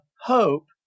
hope